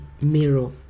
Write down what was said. mirror